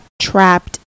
trapped